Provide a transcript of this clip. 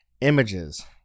images